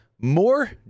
more